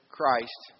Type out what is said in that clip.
Christ